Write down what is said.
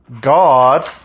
God